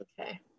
Okay